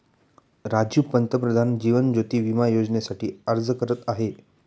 राजीव पंतप्रधान जीवन ज्योती विमा योजनेसाठी अर्ज करत आहे